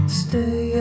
stay